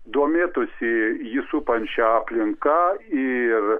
domėtųsi jį supančia aplinka ir